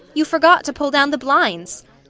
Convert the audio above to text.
you forgot to pull down the blinds.